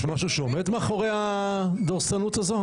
יש משהו שעומד מאחורי הדורסנות הזו?